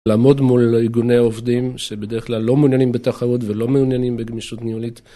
לעמוד מול ארגוני עובדים שבדרך כלל לא מעוניינים בתחרות ולא מעוניינים בגמישות ניהולית.